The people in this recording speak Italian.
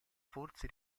forse